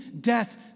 death